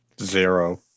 Zero